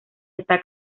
está